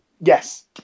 Yes